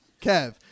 Kev